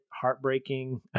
heartbreaking